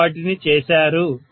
మీరు వాటిని చేశారు